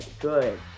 good